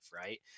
right